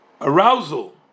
arousal